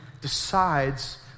decides